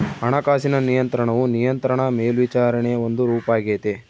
ಹಣಕಾಸಿನ ನಿಯಂತ್ರಣವು ನಿಯಂತ್ರಣ ಇಲ್ಲ ಮೇಲ್ವಿಚಾರಣೆಯ ಒಂದು ರೂಪಾಗೆತೆ